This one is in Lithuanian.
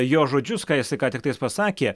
jo žodžius ką jisai ką tiktais pasakė